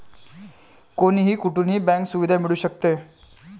कोणीही कुठूनही बँक सुविधा मिळू शकते